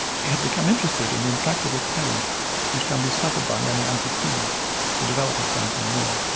she had become interested in the intractable pain which can be suffered by many amputees who develop a phantom limb.